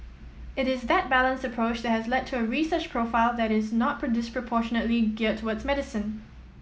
it is that balanced approach that has led to a research profile that is not disproportionately geared towards medicine